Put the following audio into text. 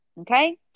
okay